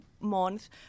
month